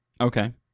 Okay